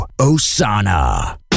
Osana